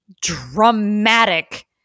dramatic